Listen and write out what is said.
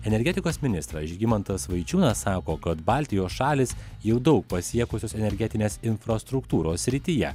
energetikos ministras žygimantas vaičiūnas sako kad baltijos šalys jau daug pasiekusios energetinės infrastruktūros srityje